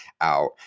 out